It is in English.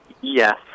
Yes